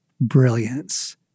brilliance